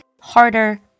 harder